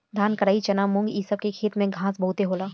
धान, कराई, चना, मुंग इ सब के खेत में घास बहुते होला